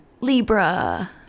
Libra